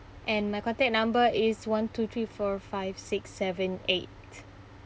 and my contact number is one two three four five six seven eight